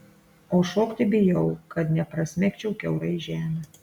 o šokti bijau kad neprasmegčiau kiaurai žemę